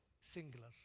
singular